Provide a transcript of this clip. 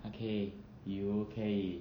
他可以游可以